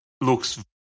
looks